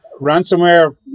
ransomware